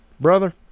brother